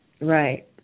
Right